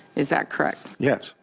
is that correct? yes.